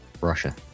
Russia